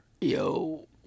Yo